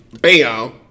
Bam